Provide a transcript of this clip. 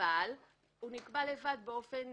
אבל הוא נקבע לבד באופן